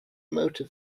motor